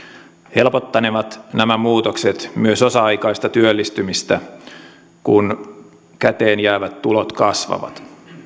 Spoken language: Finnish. helpottanevat nämä muutokset myös osa aikaista työllistymistä kun käteenjäävät tulot kasvavat